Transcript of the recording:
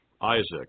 Isaac